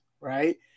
right